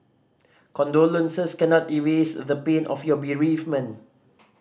condolences cannot erase the pain of your bereavement